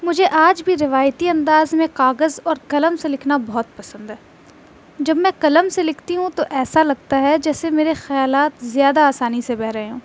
مجھے آج بھی روایتی انداز میں کاغذ اور قلم سے لکھنا بہت پسند ہے جب میں قلم سے لکھتی ہوں تو ایسا لگتا ہے جیسے میرے خیالات زیادہ آسانی سے بہہ رہے ہوں